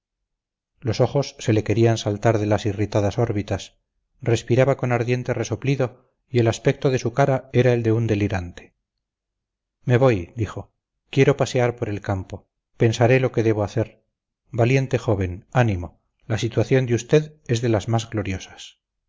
los ojos se le querían saltar de las irritadas órbitas respiraba con ardiente resoplido y el aspecto de su cara era el de un delirante me voy dijo quiero pasear por el campo pensaré lo que debo hacer valiente joven ánimo la situación de usted es de las más gloriosas